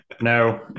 no